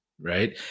right